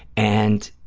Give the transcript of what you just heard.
and